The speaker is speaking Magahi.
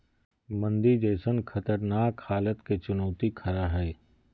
मंदी जैसन खतरनाक हलात के चुनौती खरा हइ